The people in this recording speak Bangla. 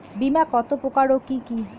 বীমা কত প্রকার ও কি কি?